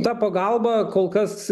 ta pagalba kol kas